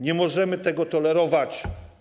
Nie możemy tego tolerować.